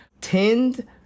tinned